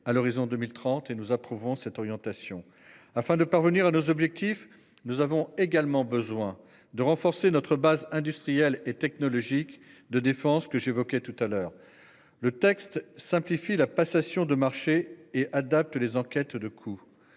à l'horizon 2030 et nous approuvons cette orientation afin de parvenir à nos objectifs, nous avons également besoin de renforcer notre base industrielle et technologique de défense que j'évoquais tout à l'heure le texte simplifie la passation de marchés et adapte les enquêtes de coups.